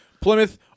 Plymouth